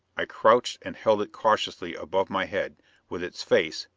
i crouched and held it cautiously above my head with its face,